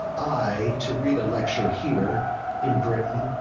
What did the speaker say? i, to read a lecture here in britain,